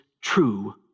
true